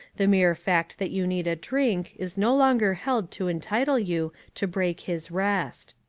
the mere fact that you need a drink is no longer held to entitle you to break his rest.